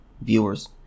viewers